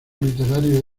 literario